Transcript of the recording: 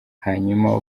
hanyuma